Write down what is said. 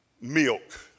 milk